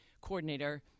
coordinator